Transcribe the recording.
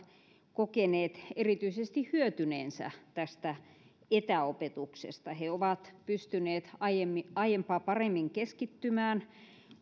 kokeneet erityisesti hyötyneensä tästä etäopetuksesta he ovat pystyneet aiempaa paremmin keskittymään